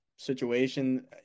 situation